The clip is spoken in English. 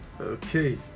okay